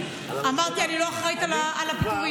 אמרתי: אני לא אחראית לפיטורים.